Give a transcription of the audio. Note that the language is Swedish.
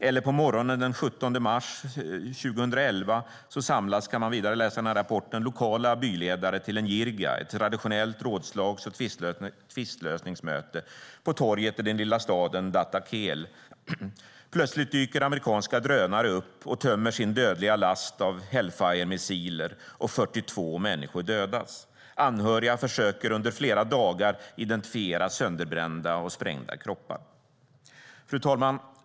I rapporten kan man vidare läsa att på morgonen den 17 mars 2011 samlas lokala byledare till en jirga, ett traditionellt rådslags och tvistlösningsmöte, på torget i den lilla staden Datta Khel. Plötsligt dyker amerikanska drönare upp och tömmer sin dödliga last av Hellfiremissiler, och 42 människor dödas. Anhöriga försöker under flera dagar identifiera sönderbrända och sprängda kroppar. Fru talman!